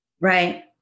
Right